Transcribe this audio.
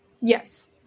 Yes